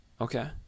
okay